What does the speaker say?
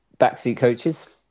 backseatcoaches